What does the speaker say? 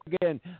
again